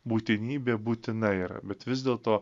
būtinybė būtina yra bet vis dėlto